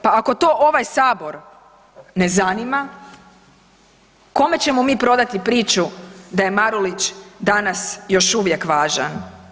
Pa ako to ovaj Sabor ne zanima, kome ćemo mi prodati priču da je Marulić danas još uvijek važan?